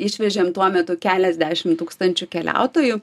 išvežėm tuo metu keliasdešimt tūkstančių keliautojų